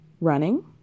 Running